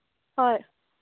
হয়